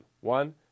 One